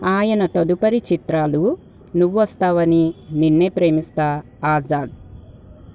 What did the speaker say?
ఆయన తదుపరి చిత్రాలు నువు వస్తావని నిన్నే ప్రేమిస్తా ఆజాద్